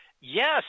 Yes